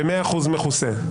ומאה אחוז עלות השכר מכוסה.